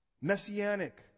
Messianic